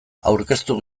aurkeztu